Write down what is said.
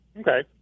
Okay